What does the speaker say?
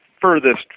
furthest